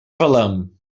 valem